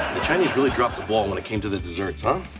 the chinese really dropped the ball when it came to the desserts, huh?